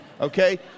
okay